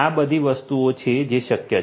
આ બધી વસ્તુઓ છે જે શક્ય છે